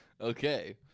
Okay